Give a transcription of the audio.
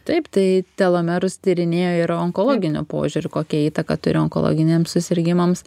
taip tai telomerus tyrinėja ir onkologiniu požiūriu kokią įtaką turi onkologiniams susirgimams